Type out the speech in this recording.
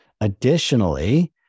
Additionally